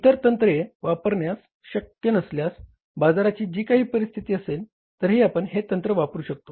इतर तंत्र वापरणे शक्य नसल्यास बाजाराची जी काही परिस्थिती असेल तरीही आपण हे तंत्र वापरु शकतो